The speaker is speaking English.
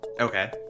Okay